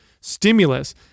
stimulus